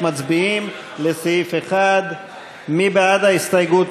מרב מיכאלי,